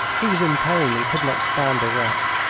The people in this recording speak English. he was in pain and could not stand erect,